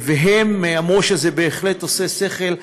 והם אמרו שזה בהחלט עושה שכל.